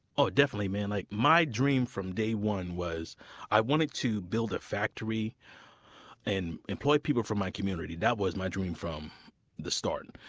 ah definitely. like my dream from day one was i wanted to build a factory and employ people from my community that was my dream from the start.